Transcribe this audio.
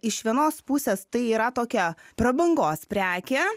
iš vienos pusės tai yra tokia prabangos prekė